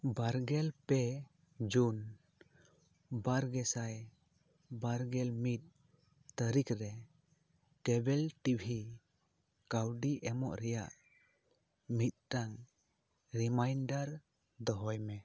ᱵᱟᱨᱜᱮᱞ ᱯᱮ ᱡᱩᱱ ᱵᱟᱨᱜᱮ ᱥᱟᱭ ᱵᱟᱨᱜᱮᱞ ᱢᱤᱫ ᱛᱟᱨᱤᱠᱷ ᱨᱮ ᱠᱮᱵᱮᱞ ᱴᱤᱵᱷᱤ ᱠᱟᱣᱰᱤ ᱮᱢᱚᱜ ᱨᱮᱭᱟᱜ ᱢᱤᱜᱴᱟᱝ ᱨᱤᱢᱟᱭᱤᱱᱰᱟᱨ ᱫᱚᱦᱚᱭ ᱢᱮ